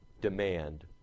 demand